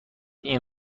این